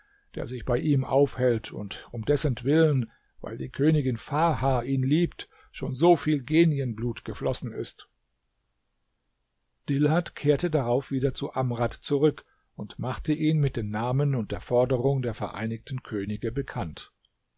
der sich bei ihm aufhält und um dessentwillen weil die königin farha ihn liebt schon so viel genienblut geflossen ist dilhat kehrte darauf wieder zu amrad zurück und machte ihn mit den namen und der forderung der vereinigten könige bekannt